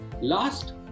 Last